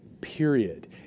period